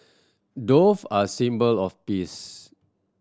dove are symbol of peace